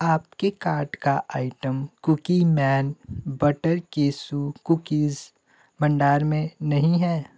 आपके कार्ट का item Cookieman butter cashew cookies भंडार में नहीं है